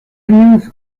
años